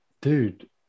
Dude